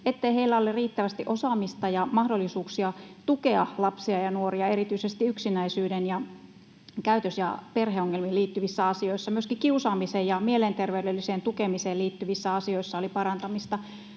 ettei heillä ole riittävästi osaamista ja mahdollisuuksia tukea lapsia ja nuoria erityisesti yksinäisyyteen ja käytös- ja perheongelmiin liittyvissä asioissa. Myöskin kiusaamiseen ja mielenterveydelliseen tukemiseen liittyvissä asioissa oli parantamista.